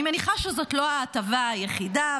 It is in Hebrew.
אני מניחה שזאת לא ההטבה היחידה.